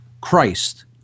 Christ